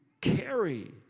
carry